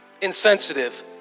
insensitive